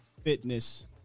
fitness